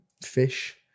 Fish